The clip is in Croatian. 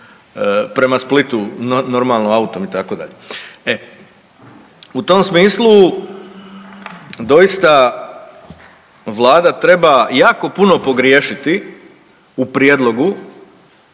prema Splitu normalno autom itd., e u tom smislu doista vlada treba jako puno pogriješiti u prijedlogu